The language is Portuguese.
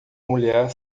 mulher